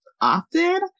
often